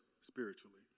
spiritually